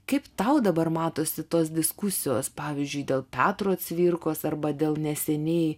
kaip tau dabar matosi tos diskusijos pavyzdžiui dėl petro cvirkos arba dėl neseniai